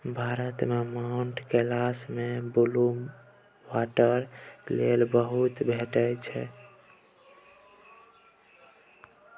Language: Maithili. भारत मे माउंट कैलाश मे ब्लु बाटर लिली बहुत भेटै छै